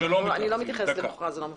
אני לא מתייחסת למוכרז או לא מוכרז.